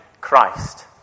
Christ